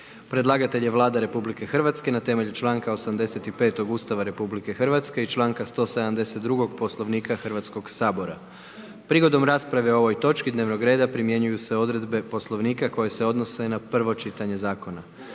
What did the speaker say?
Predlagatelj je Vlada RH na temelju članka 85 Ustava i članka 172 Poslovnika Hrvatskog sabora. Prigodom rasprave o ovoj točki dnevnog reda primjenjuju se odredbe Poslovnika koje se odnose na prvo čitanje zakona.